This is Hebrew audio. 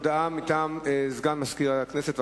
הודעה של סגן מזכיר הכנסת.